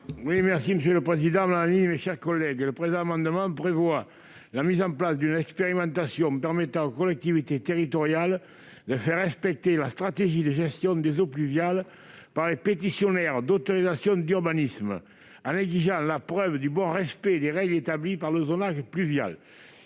présenter l'amendement n° 304 rectifié. Avec cet amendement, nous proposons une expérimentation permettant aux collectivités territoriales de faire respecter la stratégie de gestion des eaux pluviales par les pétitionnaires d'autorisations d'urbanisme, en exigeant la preuve du bon respect des règles établies par le zonage pluvial.